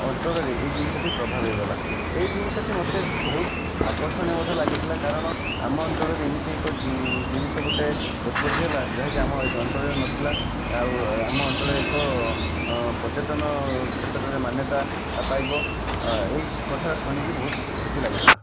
ଅଞ୍ଚଳରେ ଏହି ଜିନିଷଟି ପ୍ରଭାବ ହୋଇଗଲା ଏହି ଜିନିଷଟି ମୋତେ ବହୁତ ଆକର୍ଷଣୀୟ ମଧ୍ୟ ଲାଗିଥିଲା କାରଣ ଆମ ଅଞ୍ଚଳରେ ଏମିତି ଏକ ଜିନିଷ ଗୋଟିଏ ଉତ୍ପତି ହେଲା ଯାହାକି ଆମ ଅଞ୍ଚଳରେ ନଥିଲା ଆଉ ଆମ ଅଞ୍ଚଳରେ ଏକ ପର୍ଯ୍ୟଟନ କ୍ଷେତ୍ରର ମାନ୍ୟତା ପାଇବ ଏହି କଥାଟା ଶୁଣିକି ବହୁତ ଖୁସି ଲାଗିଥିଲା